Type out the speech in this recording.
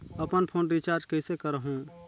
अपन phone recharge कइसे करहु?